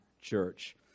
church